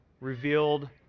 revealed